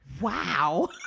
Wow